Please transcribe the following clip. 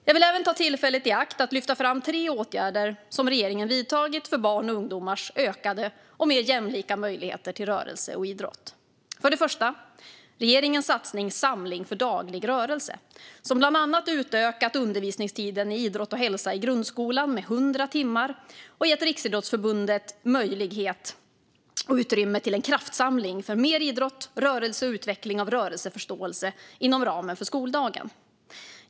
Jag vill även ta tillfället i akt att lyfta fram tre åtgärder som regeringen vidtagit för barns och ungdomars ökade och mer jämlika möjligheter till rörelse och idrott. För det första, regeringens satsning Samling för daglig rörelse, som bland annat utökat undervisningstiden i idrott och hälsa i grundskolan med 100 timmar och gett Riksidrottsförbundet möjlighet och utrymme till en kraftsamling för mer idrott, rörelse och utveckling av rörelseförståelse inom ramen för skoldagen.